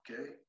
okay